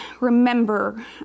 remember